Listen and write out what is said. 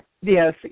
yes